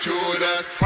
Judas